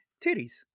titties